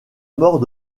mort